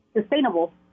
sustainable